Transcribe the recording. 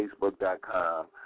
Facebook.com